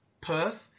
Perth